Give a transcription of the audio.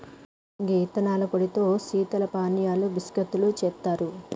గీ యిత్తనాల పొడితో శీతల పానీయాలు బిస్కత్తులు సెత్తారు